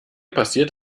passiert